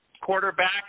quarterback